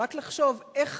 ורק לחשוב איך